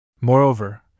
Moreover